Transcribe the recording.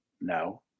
No